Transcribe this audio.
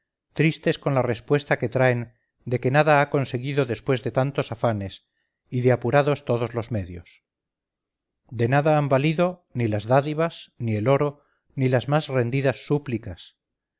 tristes con la respuesta que traen de que nada han conseguido después de tantos afanes y de apurados todos los medios de nada han valido ni las dádivas ni el oro ni las más rendidas súplicas